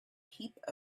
heap